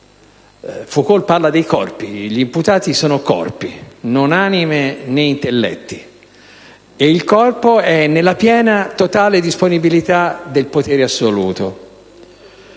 Foucault parla dei corpi. Gli imputati sono corpi, non anime né intelletti. Il corpo è nella piena e totale disponibilità del potere assoluto.